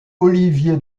olivier